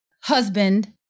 husband